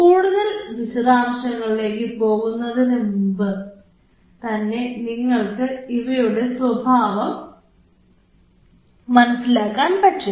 കൂടുതൽ വിശദാംശങ്ങളിലേക്ക് പോകുന്നതിനു മുമ്പ് തന്നെ നിങ്ങൾക്ക് ഇവയുടെ സ്വഭാവം മനസ്സിലാക്കാൻ പറ്റും